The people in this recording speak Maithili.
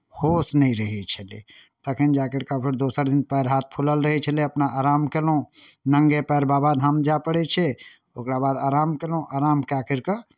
होश नहि रहै छलय तखन जा करि कऽ दोसर दिन पएर हाथ फुलल रहै छेलै अपना आराम कयलहुँ नंगे पएर बाबाधाम जाय पड़ै छै ओकरा बाद आराम कयलहुँ आराम कए करि कऽ